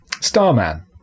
Starman